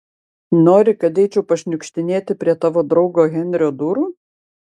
nori kad eičiau pašniukštinėti prie tavo draugo henrio durų